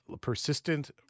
persistent